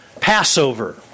Passover